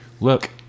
look